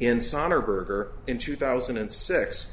in sonor berger in two thousand and six